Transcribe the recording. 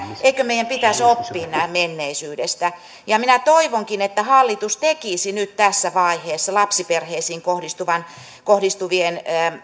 eikö meidän pitäisi oppia menneisyydestä minä toivonkin että hallitus tekisi nyt tässä vaiheessa lapsiperheisiin kohdistuvien